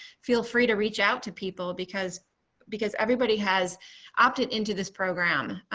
feel free to reach out to people because because everybody has opted into this program.